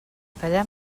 callar